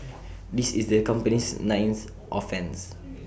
this is the company's ninth offence